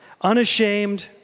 Unashamed